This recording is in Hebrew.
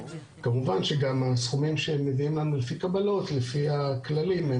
כמובן שגם הסכומים שהם מביאים לנו לפי קבלות לפי הכללים,